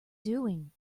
doing